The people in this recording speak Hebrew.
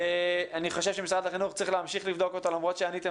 אני חושב שמשרד החינוך צריך להמשיך לבדוק אותו למרות שעניתם